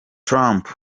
trump